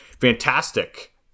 Fantastic